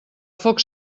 foc